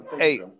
hey